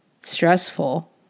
Stressful